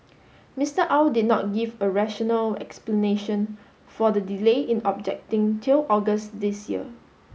Mister Au did not give a rational explanation for the delay in objecting till August this year